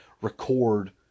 record